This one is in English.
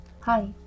Hi